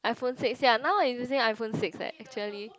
iPhone six ya now I'm using iPhone six leh actually